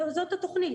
זאת התכנית.